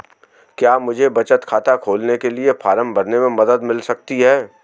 क्या मुझे बचत खाता खोलने के लिए फॉर्म भरने में मदद मिल सकती है?